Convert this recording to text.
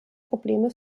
probleme